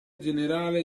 generale